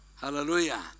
Hallelujah